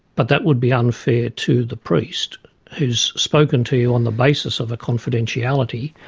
but that would be unfair to the priest who's spoken to you on the basis of confidentiality.